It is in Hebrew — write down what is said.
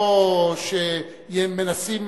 שמנסים,